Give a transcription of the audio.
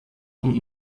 und